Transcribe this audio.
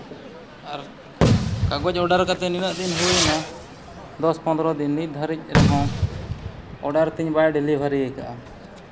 ᱟᱨ ᱠᱟᱜᱚᱡᱽ ᱚᱰᱟᱨ ᱠᱟᱛᱮᱫ ᱱᱤᱱᱟᱹᱜ ᱫᱤᱱ ᱦᱩᱭᱮᱱᱟ ᱫᱚᱥ ᱯᱚᱱᱨᱚ ᱫᱤᱱ ᱱᱤᱛ ᱫᱷᱟᱹᱵᱤᱡ ᱨᱮᱦᱚᱸ ᱚᱰᱟᱨ ᱛᱤᱧ ᱵᱟᱭ ᱰᱮᱞᱤᱵᱷᱟᱹᱨᱤ ᱠᱟᱜᱼᱟ